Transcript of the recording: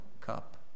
cup